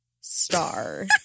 star